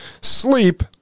Sleep